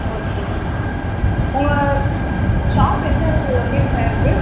ஓகேங்க உங்கள் ஷாப் எந்த இடத்துல லொகேஷன் ஆயிருக்கு